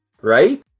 right